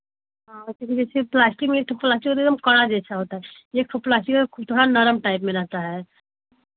हाँ और जैसे प्लास्टिक में है तो प्लास्टिक एकदम कडा जैसा होता है यह प्लास्टिक में थोड़ा नर्म टाइप में रहता है